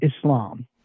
Islam